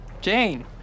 Jane